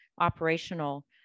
operational